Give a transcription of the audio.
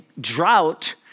drought